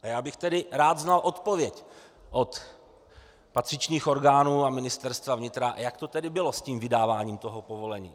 A já bych tedy rád znal odpověď od patřičných orgánů a Ministerstva vnitra, jak to tedy bylo s tím vydáváním povolení.